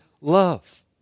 love